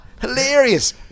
Hilarious